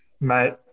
Mate